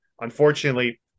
Unfortunately